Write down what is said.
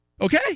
okay